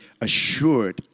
assured